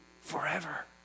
forever